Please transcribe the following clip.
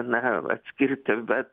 na atskirti bet